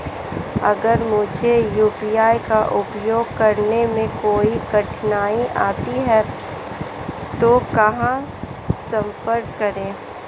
अगर मुझे यू.पी.आई का उपयोग करने में कोई कठिनाई आती है तो कहां संपर्क करें?